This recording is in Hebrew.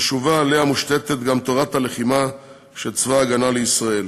חשובה שעליה מושתתת גם תורת הלחימה של צבא ההגנה לישראל.